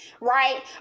right